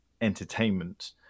entertainment